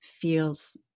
feels